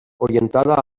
orientada